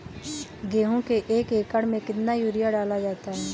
गेहूँ के एक एकड़ में कितना यूरिया डाला जाता है?